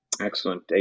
Excellent